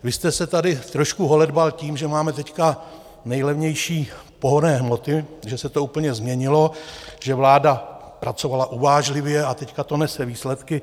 Vy jste se tady trošku holedbal tím, že máme teď nejlevnější pohonné hmoty, že se to úplně změnilo, že vláda pracovala uvážlivě a teď to nese výsledky.